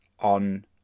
on